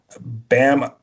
Bam